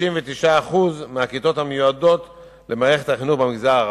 39% מהכיתות המיועדות למערכת החינוך במגזר הערבי.